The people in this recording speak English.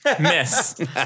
Miss